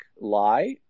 lie